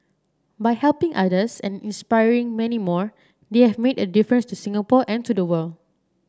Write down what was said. by helping others and inspiring many more they have made a difference to Singapore and to the world